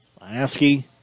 Lasky